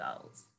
goals